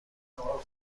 بشو